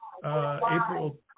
April